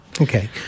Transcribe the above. Okay